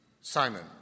Simon